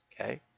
Okay